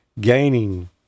gaining